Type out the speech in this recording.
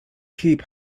keep